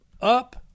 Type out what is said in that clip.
up